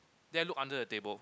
then I look under the table